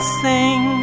sing